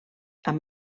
amb